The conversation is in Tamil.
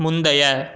முந்தைய